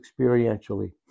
experientially